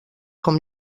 com